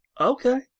Okay